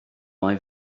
mai